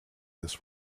this